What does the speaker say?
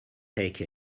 take